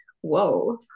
whoa